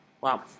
Wow